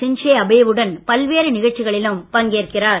Shinzo Abe வுடன் பல்வேறு நிகழ்ச்சிகளிலும் பங்கேற்கிறார்